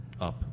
up